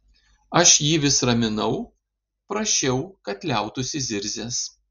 aš jį vis raminau prašiau kad liautųsi zirzęs